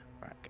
right